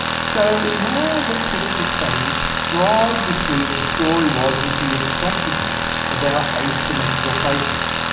so now, let's look at the study which tried to see what the story was with the attractiveness of our asymmetrical faces.